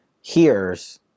hears